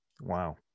Wow